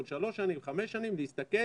כל שלוש שנים, כל חמש שנים, להסתכל